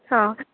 हां